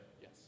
Yes